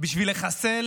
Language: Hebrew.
בשביל לחסל